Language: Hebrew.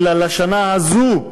אלא לשנה הזו,